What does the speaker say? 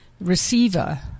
receiver